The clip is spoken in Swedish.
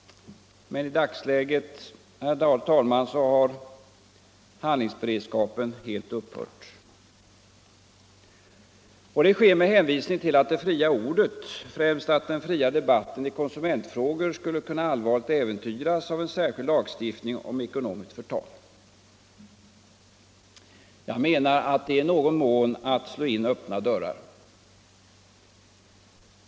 I dagsläget har emellertid handlingsberedskapen helt upphört. Och det sker med hänvisning till att det fria ordet, främst den fria debatten i konsumentfrågor, skulle kunna allvarligt äventyras av en särskild lagstiftning om ekonomiskt förtal. I någon mån är detta att slå in öppna dörrar.